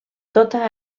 tota